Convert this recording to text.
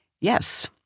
Yes